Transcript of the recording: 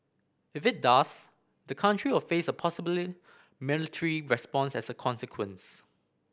if it does the country will face a possibly military response as a consequence